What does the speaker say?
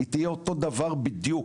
זה שהיא תהיה אותו דבר בדיוק.